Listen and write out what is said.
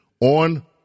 on